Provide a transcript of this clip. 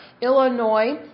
Illinois